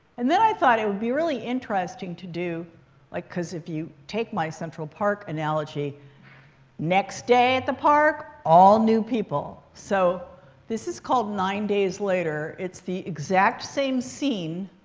and then, i thought, it would be really interesting to do like because if you take my central park analogy next day at the park, all new people. so this is called nine days later. it's the exact same scene.